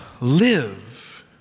live